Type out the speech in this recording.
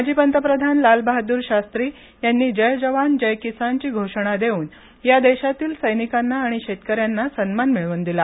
माजी पंतप्रधान लालबहादूर शास्त्री यांनी जय जवान जय किसानची घोषणा देऊन या देशातील सैनिकांना आणि शेतकऱ्यांना सन्मान मिळवून दिला